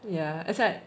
ya it's like